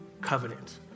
covenant